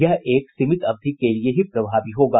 यह एक सीमित अवधि के लिए ही प्रभावी होगा